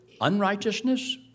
unrighteousness